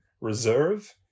reserve